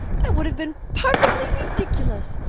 that would have been perfectly ridiculous.